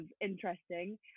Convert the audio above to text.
interesting